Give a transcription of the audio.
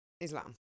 Islam